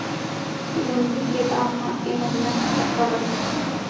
गोंदली के दाम ह ऐ महीना ह कतका बढ़ही?